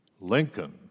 Lincoln